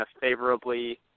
favorably